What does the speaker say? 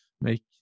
make